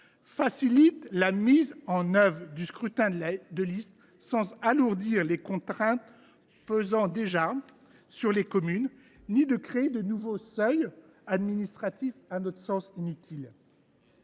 facilite la mise en œuvre du scrutin de liste sans alourdir les contraintes pesant sur ces communes ni créer de nouveaux seuils administratifs inutiles.